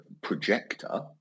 projector